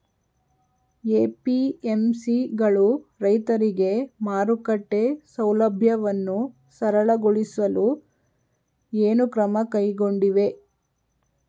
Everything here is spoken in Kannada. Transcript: ಎ.ಪಿ.ಎಂ.ಸಿ ಗಳು ರೈತರಿಗೆ ಮಾರುಕಟ್ಟೆ ಸೌಲಭ್ಯವನ್ನು ಸರಳಗೊಳಿಸಲು ಏನು ಕ್ರಮ ಕೈಗೊಂಡಿವೆ?